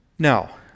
Now